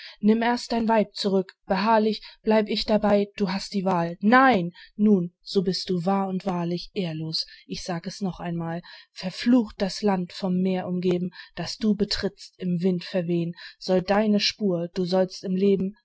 nimm erst dein weib zurück beharrlich bleib ich dabei du hast die wahl nein nun so bist du wahr und wahrlich ehrlos ich sag es noch einmal verflucht das land vom meer umgeben das du betrittst im wind verwehn soll deine spur du sollst im leben